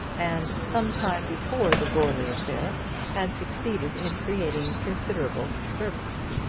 and some time before the goarly affair had succeeded in creating considerable disturbance.